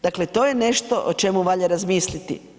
Dakle, to je nešto o čemu valja razmisliti.